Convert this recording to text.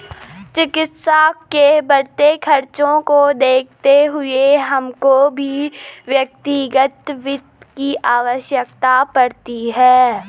चिकित्सा के बढ़ते खर्चों को देखते हुए हमको भी व्यक्तिगत वित्त की आवश्यकता है